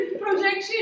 projection